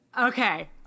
Okay